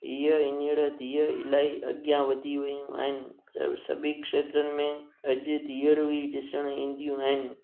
इहो हीअंर धीअ इलाही अॻियां वधी वियूं आहिनि सभी खेत्रयुनि में अॼु धीअरू ई ॾिसण ईंदियूं आहिनि